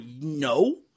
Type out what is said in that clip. no